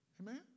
Amen